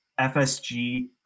FSG